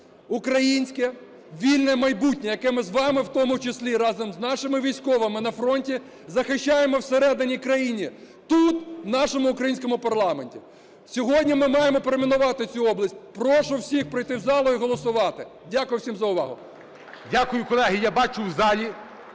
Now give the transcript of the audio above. українське, вільне майбутнє, яке ми з вами, в тому числі разом з нашими військовими на фронті, захищаємо всередині країни, тут, у нашому українському парламенті. Сьогодні ми маємо перейменувати цю область. Прошу всіх прийти в зал і голосувати. Дякую всім за увагу. ГОЛОВУЮЧИЙ. Дякую. Колеги, я бачу в залі